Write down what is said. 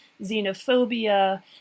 xenophobia